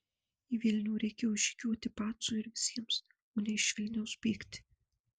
į vilnių reikėjo žygiuoti pacui ir visiems o ne iš vilniaus bėgti